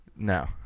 No